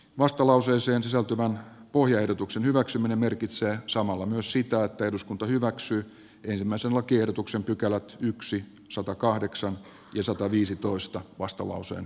vastalauseeseen sisältyvän pohjaehdotuksen hyväksyminen merkitsee samalla sitä että eduskunta hyväksyi ensimmäisen lakiehdotuksen pykälä yksi satakahdeksan ja sataviisitoista vastalauseen